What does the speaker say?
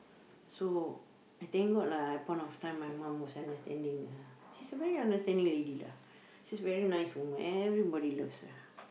so I thank god lah at a point of time my mom was understanding ah she's a very understanding lady lah she's very nice woman everybody loves her